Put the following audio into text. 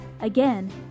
Again